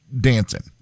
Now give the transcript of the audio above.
dancing